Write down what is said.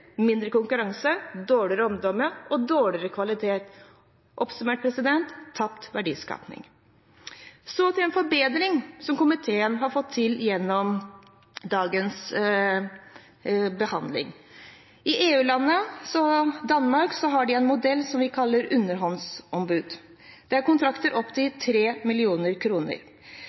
mindre konkurranse, dårligere omdømme og dårligere kvalitet. Oppsummert: tapt verdiskapning. Så til en forbedring som komiteen har fått til gjennom dagens behandling. I EU-landet Danmark har de en modell som vi kaller «underhåndsbud». Det er kontrakter opp til